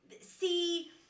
See